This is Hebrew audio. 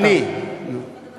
דני, נו.